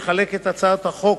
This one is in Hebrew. לחלק את הצעת החוק.